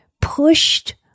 pushed